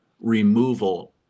removal